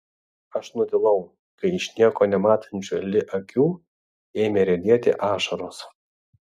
aš nutilau kai iš nieko nematančių li akių ėmė riedėti ašaros